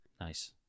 Nice